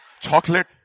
chocolate